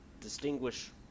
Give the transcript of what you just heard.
distinguish